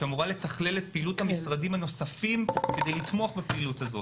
שאמורה לתחלל את פעילות המשרדים הנוספים כדי לתמוך בפעילות הזו.